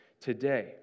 today